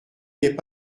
n’est